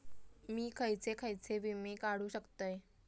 मी खयचे खयचे विमे काढू शकतय?